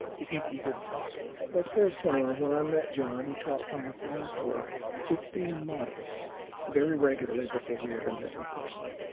he seems eager to talk that's very similar. when i met john, we talked on the phone for fifteen months very regularly before we ever met in person.